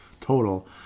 total